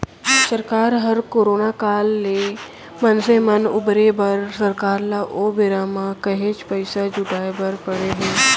सरकार ह करोना काल ले मनसे मन उबारे बर सरकार ल ओ बेरा म काहेच पइसा जुटाय बर पड़े हे